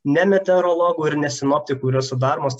ne meteorologų ir ne sinoptikų yra sudaromos